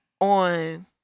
on